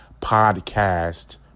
podcast